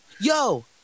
Yo